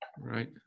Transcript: Right